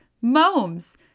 mom's